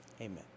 Amen